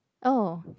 oh